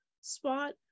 spot